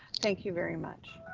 thank you very much.